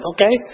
Okay